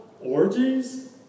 Orgies